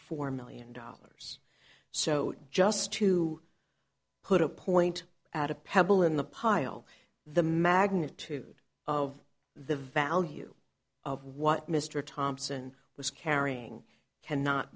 four million dollars so just to put a point at a pebble in the pile the magnitude of the value of what mr thompson was carrying cannot